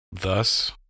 Thus